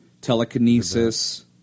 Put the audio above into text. telekinesis